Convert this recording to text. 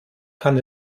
kann